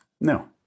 No